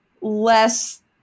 less